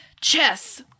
chess